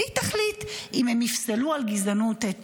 והיא תחליט אם הם יפסלו על גזענות את